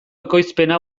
ekoizpena